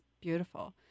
beautiful